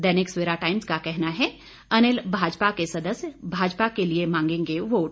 दैनिक Savera Times का कहना है अनिल भाजपा के सदस्य भाजपा के लिए मांगेंगे वोट